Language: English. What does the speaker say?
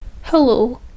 Hello